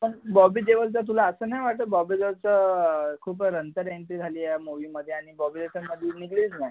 पण बॉबी देवलचं तुला असं नाही वाटत बॉबी देवलचं खूप नंतर एंट्री झाली या मुव्हीमध्ये आणि बॉबी देवल